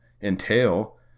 entail